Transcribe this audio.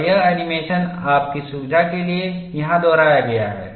और यह एनीमेशन आपकी सुविधा के लिए यहां दोहराया गया है